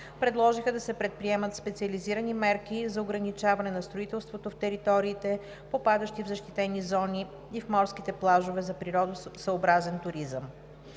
Предложиха да се предприемат специализирани мерки за ограничаване на строителството в териториите, попадащи в защитени зони и в морските плажове за природосъобразен туризъм.